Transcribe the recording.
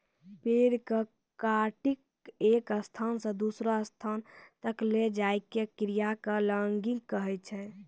पेड़ कॅ काटिकॅ एक स्थान स दूसरो स्थान तक लै जाय के क्रिया कॅ लॉगिंग कहै छै